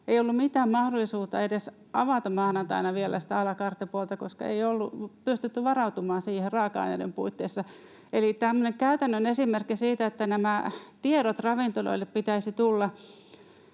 Ei ollut edes mitään mahdollisuutta avata maanantaina vielä sitä à la carte ‑puolta, koska ei ollut pystytty varautumaan siihen raaka aineiden puitteissa. Eli tämmöinen käytännön esimerkki siitä, että ravintoloille pitäisi tulla